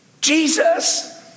Jesus